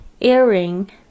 Earring